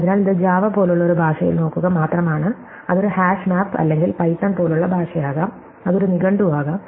അതിനാൽ ഇത് ജാവ പോലുള്ള ഒരു ഭാഷയിൽ നോക്കുക മാത്രമാണ് അത് ഒരു ഹാഷ് മാപ്പ് അല്ലെങ്കിൽ പൈത്തൺ പോലുള്ള ഭാഷ ആകാം അത് ഒരു നിഘണ്ടു ആകാം